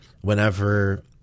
whenever